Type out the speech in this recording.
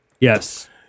Yes